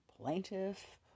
plaintiff